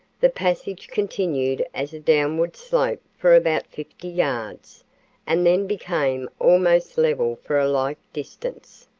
the passage continued as a downward slope for about fifty yards and then became almost level for a like distance.